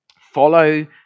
follow